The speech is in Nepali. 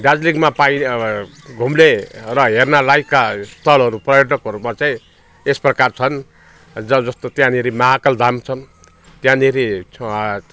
दार्जिलिङमा पाइ घुम्ने र हेर्न लायकका स्थलहरू पर्यटकहरूमा चाहिँ यस प्रकार छन् ज जस्तो त्यहाँनेरि महाकाल धाम छन् त्यहाँनेरि छ